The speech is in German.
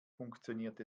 funktioniert